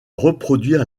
reproduire